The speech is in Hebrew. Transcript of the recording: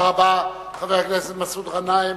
תודה רבה, חבר הכנסת מסעוד גנאים,